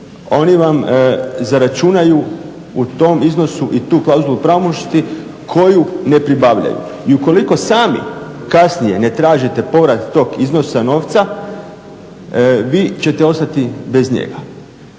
oni vam zaračunaju u tom iznosu i tu klauzulu pravomoćnosti koju ne pribavljaju i ukoliko sami kasnije ne tražite povrat tog iznosa novca vi ćete ostati bez njega.